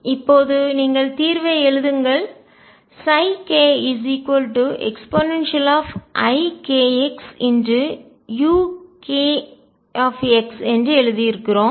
இப்போது நீங்கள் தீர்வை எழுதுங்கள் keikxuk என்று எழுதியிருக்கிறோம்